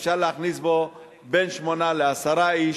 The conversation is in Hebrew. אפשר להכניס בו בין שמונה לעשרה איש,